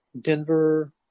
Denver